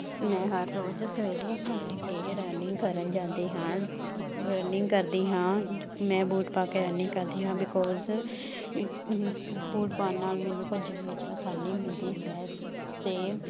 ਮੈਂ ਹਰ ਰੋਜ਼ ਸਵੇਰੇ ਉੱਠ ਕੇ ਰਨਿੰਗ ਕਰਨ ਜਾਂਦੀ ਹਾਂ ਰਨਿੰਗ ਕਰਦੀ ਹਾਂ ਮੈਂ ਬੂਟ ਪਾ ਕੇ ਰਨਿੰਗ ਕਰਦੀ ਹਾਂ ਬਿਕੋਸ ਬੂਟ ਪਾਉਣ ਨਾਲ ਮੈਨੂੰ ਭੱਜਣ ਵਿੱਚ ਆਸਾਨੀ ਹੁੰਦੀ ਹੈ ਅਤੇ